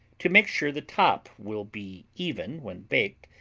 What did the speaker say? to make sure the top will be even when baked,